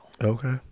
Okay